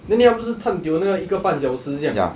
then 你们不是看 tio 那个一个半小时这样